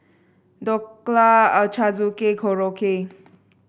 Dhokla Ochazuke Korokke